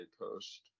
post